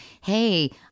hey